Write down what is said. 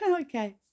okay